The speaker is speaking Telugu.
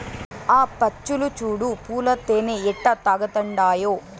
ఆ పచ్చులు చూడు పూల తేనె ఎట్టా తాగతండాయో